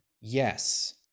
yes